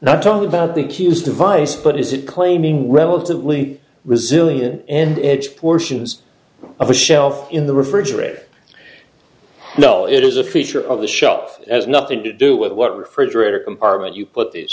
not talking about the keys device but is it claiming relatively resilient and it's portions of a shelf in the refrigerator no it is a feature of the shelf as nothing to do with what refrigerator compartment you put these